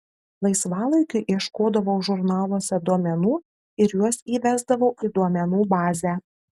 laisvalaikiu ieškodavau žurnaluose duomenų ir juos įvesdavau į duomenų bazę